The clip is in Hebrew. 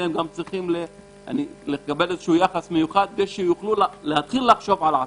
שצריכים לקבל יחס מיוחד כדי שיוכלו להתחיל לחשוב על העתיד.